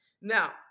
now